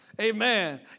Amen